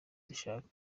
dushaka